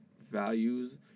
values